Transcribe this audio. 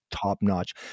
top-notch